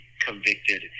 convicted